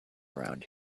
around